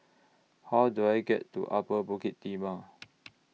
How Do I get to Upper Bukit Timah